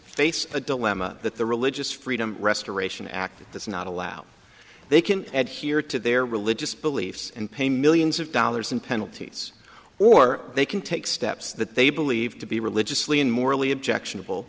face a dilemma that the religious freedom restoration act does not allow they can add here to their religious beliefs and pay millions of dollars in penalties or they can take steps that they believe to be religiously and morally objectionable